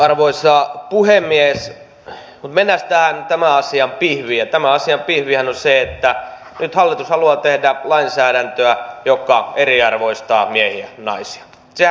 mennäänpäs tähän tämän asian pihviin ja tämän asian pihvihän on se että nyt hallitus haluaa tehdä lainsäädäntöä joka eriarvoistaa miehiä ja naisia